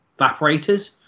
evaporators